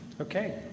Okay